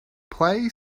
play